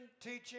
teaching